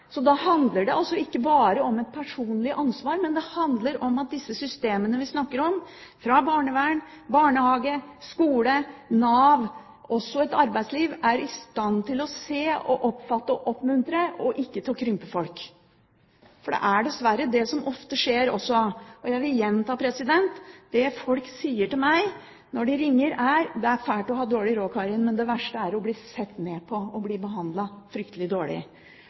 Så da handler det ikke bare om et personlig ansvar, men det handler om at disse systemene vi snakker om, fra barnevern, barnehage, skole, Nav og også et arbeidsliv, er i stand til å se og oppfatte og oppmuntre, og at de ikke må krympe folk. For det er dessverre det som ofte skjer. Jeg vil gjenta det folk sier til meg når de ringer: Det er fælt å ha dårlig råd, Karin, men det verste er å bli sett ned på og å bli behandlet fryktelig dårlig.